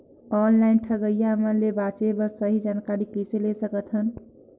Online ठगईया मन ले बांचें बर सही जानकारी कइसे ले सकत हन?